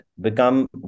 become